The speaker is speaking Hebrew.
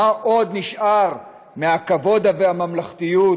מה עוד נשאר מהכבוד והממלכתיות,